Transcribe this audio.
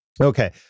Okay